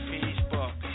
Facebook